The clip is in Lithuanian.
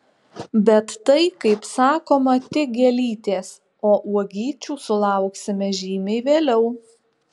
bet tai kaip sakoma tik gėlytės o uogyčių sulauksime žymiai vėliau